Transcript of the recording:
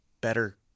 better